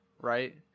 right